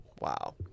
Wow